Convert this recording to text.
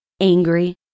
angry